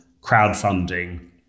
crowdfunding